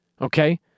Okay